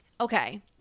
Okay